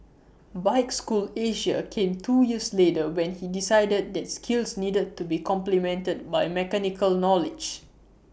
bike school Asia came two years later when he decided that skills needed to be complemented by mechanical knowledge